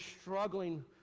struggling